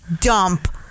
dump